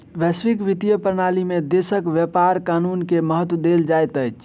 वैश्विक वित्तीय प्रणाली में देशक व्यापार कानून के महत्त्व देल जाइत अछि